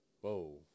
Whoa